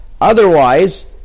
Otherwise